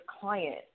client